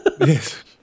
Yes